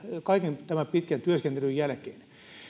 kaiken tämän pitkän työskentelyn jälkeen